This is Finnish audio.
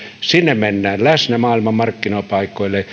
sinne maailman markkinapaikoille